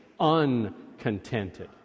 uncontented